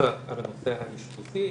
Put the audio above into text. דווקא על הנושא האשפוזי,